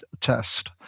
test